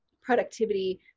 productivity